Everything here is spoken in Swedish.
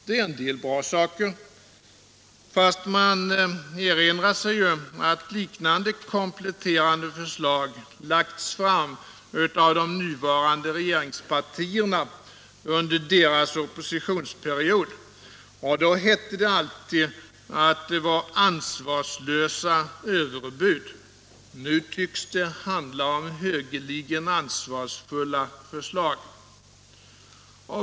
Det är en del bra saker, fast man erinrar sig ju att liknande kompletterande förslag lagts fram av de nuvarande regeringspartierna under deras oppositionsperiod. Då hette det alltid att det var ansvarslösa överbud. Nu tycks det handla om högeligen ansvarsfulla förslag.